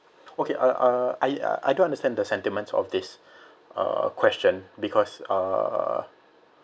okay uh uh I I don't understand the sentiments of this uh question because uh